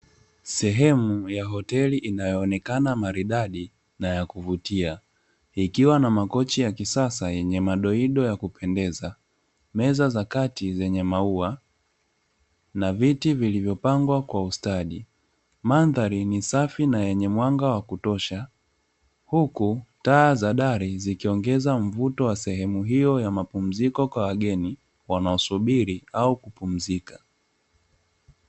Sehemu ya hoteli inayoonekana maridadi na ya kuvutia. Ikiwa na makochi ya kisasa yenye madoido ya kupendeza, meza za kati zenye maua, na viti vilivyopangwa kwa ustadi. Mandhari ni safi na yenye mwanga wa kutosha huku taa za dari zikiongeza mvuto wa sehemu hiyo ya mapumziko kwa wageni wanaosubiri au kupumzika.